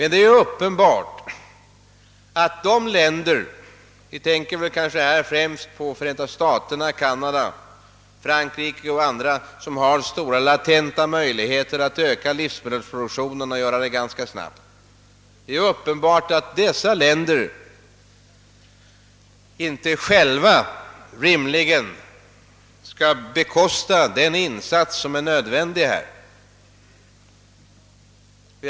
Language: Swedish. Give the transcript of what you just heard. Det är dock uppenbart att de länder — vi tänker väl kanske här främst på Förenta staterna, Kanada, Frankrike och en del andra — som har stora latenta möjligheter att ganska snabbt öka livsmedelsproduktionen, inte rimligen själva skall behöva bekosta den insats som därvidlag är nödvändig.